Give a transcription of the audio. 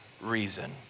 reason